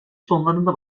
sonlarında